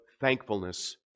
thankfulness